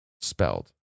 spelled